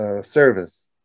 service